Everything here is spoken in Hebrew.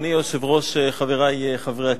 אדוני היושב-ראש, חברי חברי הכנסת,